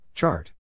Chart